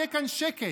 יהיה כאן שקט.